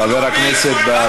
חבר הכנסת בר.